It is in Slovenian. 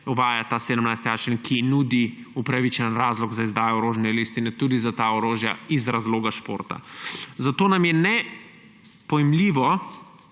uvaja ta 17.a člen, ki nudi upravičen razlog za izdajo orožne listine tudi za ta orožja iz razloga športa. Zato nam je nepojmljivo,